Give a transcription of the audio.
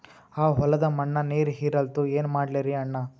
ಆ ಹೊಲದ ಮಣ್ಣ ನೀರ್ ಹೀರಲ್ತು, ಏನ ಮಾಡಲಿರಿ ಅಣ್ಣಾ?